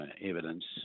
evidence